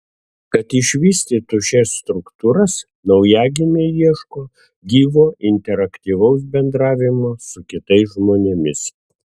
kad išvystytų šias struktūras naujagimiai ieško gyvo interaktyvaus bendravimo su kitais žmonėmis